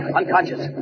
unconscious